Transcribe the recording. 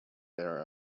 those